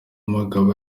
umugabo